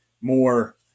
more